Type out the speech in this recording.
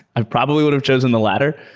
i've probably would've chosen the latter,